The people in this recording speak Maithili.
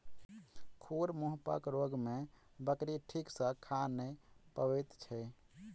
खुर मुँहपक रोग मे बकरी ठीक सॅ खा नै पबैत छै